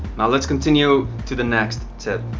now let's continue to the next tip